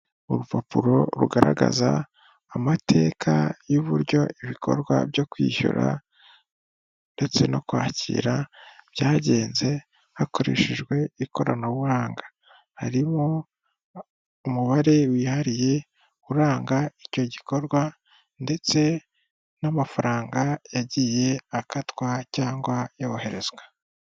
Urupapuro rugaragaza amateka y'uburyo ibikorwa byo kwishyura ndetse no kwakira byagenze hakoreshejwe ikoranabuhanga, harimo umubare wihariye uranga icyo gikorwa, ndetse n'amafaranga yagiye akatwa cyangwa yoherezwa.